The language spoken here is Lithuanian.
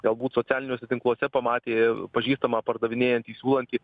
galbūt socialiniuose tinkluose pamatė pažįstamą pardavinėjantį siūlantį